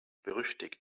berüchtigt